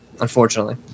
unfortunately